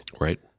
Right